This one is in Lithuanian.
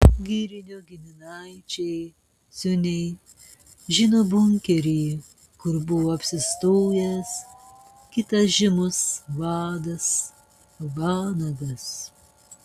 girinio giminaičiai ciuniai žino bunkerį kur buvo apsistojęs kitas žymus vadas vanagas